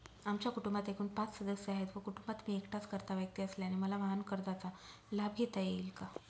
आमच्या कुटुंबात एकूण पाच सदस्य आहेत व कुटुंबात मी एकटाच कर्ता व्यक्ती असल्याने मला वाहनकर्जाचा लाभ घेता येईल का?